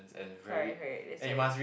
correct correct that's why